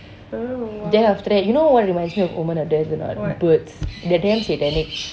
then after that you know what reminds me of omen of death or not birds they're damn satanic